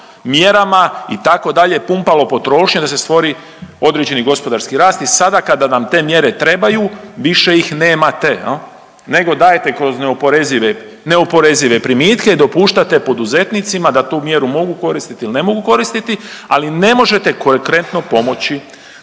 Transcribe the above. mjerama itd., pumpalo potrošnju da se stvori određeni gospodarski rast i sada kada nam te mjere trebaju više ih nemate jel nego dajete kroz neoporezive, neoporezive primitke i dopuštate poduzetnicima da tu mjeru mogu koristiti ili ne mogu koristiti, ali ne možete konkretno pomoći